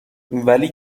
ولی